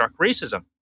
racism